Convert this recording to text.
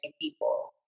people